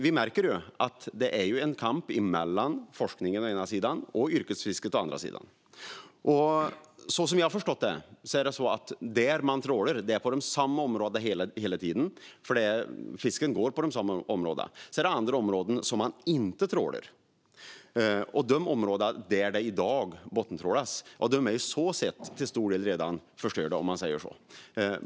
Vi märker att det är en kamp mellan forskningen å ena sidan och yrkesfisket å andra sidan. Som jag har förstått det trålar man på samma områden hela tiden, eftersom fisken rör sig i samma områden. Sedan trålar man inte på andra områden. De områden där det i dag bottentrålas är till stor del redan förstörda.